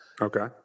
okay